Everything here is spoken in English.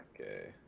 okay